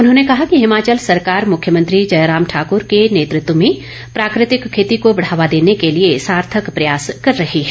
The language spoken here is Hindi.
उन्होंने कहा कि हिमाचल सरकार मुख्यमंत्री जयराम ठाकुर के नेतृत्व में प्राकृतिक खेती को बढ़ावा देने के लिए सार्थक प्रयास कर ही है